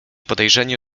podejrzenie